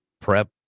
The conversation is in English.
prep